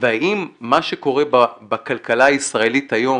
והאם מה שקורה בכלכלה הישראלית היום